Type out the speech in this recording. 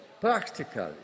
practically